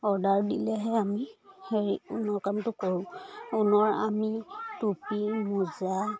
order দিলেহে আমি হেৰি ঊণটো কৰোঁ ঊণৰ আমি টুপী মোজা